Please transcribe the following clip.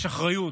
יש אחריות.